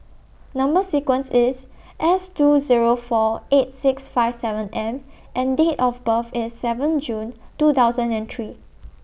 Number sequence IS S two Zero four eight six five seven M and Date of birth IS seven June two thousand and three